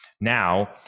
Now